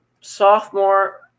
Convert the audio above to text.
sophomore